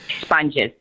Sponges